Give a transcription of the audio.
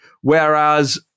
whereas